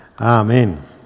Amen